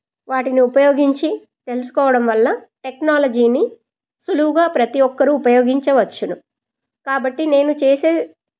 వాటిని ఉపయోగించి తెలుసుకోవడం వల్ల టెక్నాలజీని సులువుగా ప్రతీ ఒక్కరూ ఉపయోగించవచ్చును కాబట్టి నేను చేసే